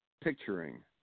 picturing